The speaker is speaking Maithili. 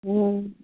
हूँ